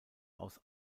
aus